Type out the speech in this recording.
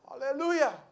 Hallelujah